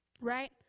Right